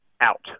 out